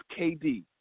KD